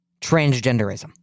transgenderism